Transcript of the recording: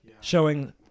showing